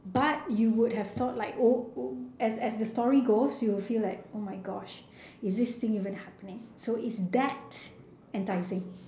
but you would have thought like oh as as the story goes you will feel like oh my gosh is this even happening so it's that enticing